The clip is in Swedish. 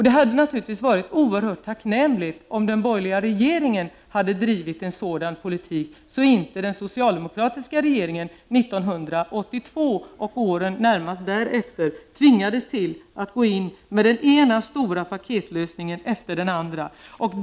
Det hade naturligtvis varit oerhört tacknämligt om den borgerliga regeringen på sin tid hade drivit en sådan politik. Då hade inte den socialdemokratiska regeringen år 1982 och åren närmast därefter tvingats till den ena stora paketlösningen efter den andra.